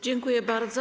Dziękuję bardzo.